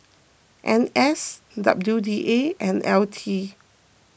N S W D A and L T